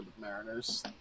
Mariners